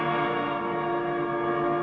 uh